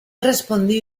respondí